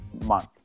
month